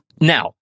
Now